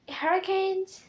hurricanes